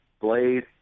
Blade